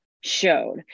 showed